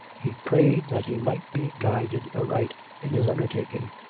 he prayed that he might be guided aright in his undertaking,